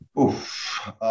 Oof